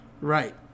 Right